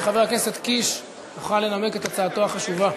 שחבר הכנסת קיש יוכל לנמק את הצעתו החשובה.